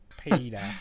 Peter